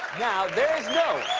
now, there is no